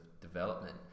development